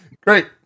Great